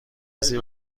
کسی